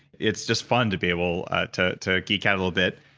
it's just fun to be able to to geek out a little bit.